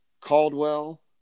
Caldwell